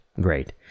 great